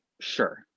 Sure